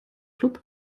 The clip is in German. club